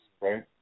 right